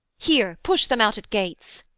here, push them out at gates